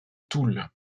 toul